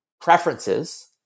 preferences